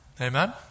Amen